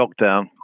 lockdown